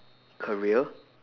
career